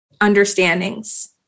understandings